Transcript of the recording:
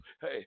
Hey